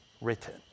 written